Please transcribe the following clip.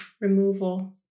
removal